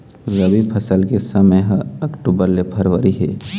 रबी फसल के समय ह अक्टूबर ले फरवरी हे